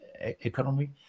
economy